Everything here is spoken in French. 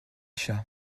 chat